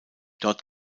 dort